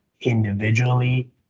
individually